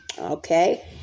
Okay